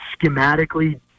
schematically